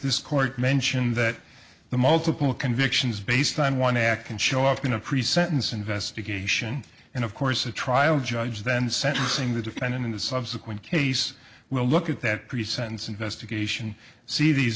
this court mentioned that the multiple convictions based on one act can show up in a pre sentence investigation and of course a trial judge then sentencing the defendant in a subsequent case will look at that pre sentence investigation see these